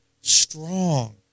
strong